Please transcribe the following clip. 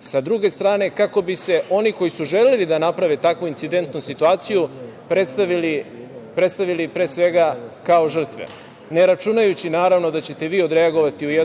sa druge strane, kako bi se oni koji su želeli da naprave takvu incidentnu situaciju predstavili pre svega kao žrtve. Ne računajući, naravno, da ćete vi odreagovati,